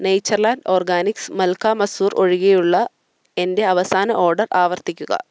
Natureland Organics malka masoor ഒഴികെയുള്ള എന്റെ അവസാന ഓർഡർ ആവർത്തിക്കുക